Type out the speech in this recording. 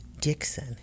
Dixon